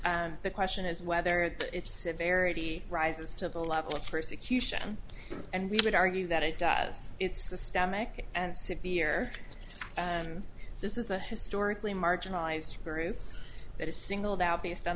and the question is whether its severity rises to the level of persecution and we would argue that it does it's systemic and severe and this is a historically marginalized group that is singled out based on